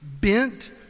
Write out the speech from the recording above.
bent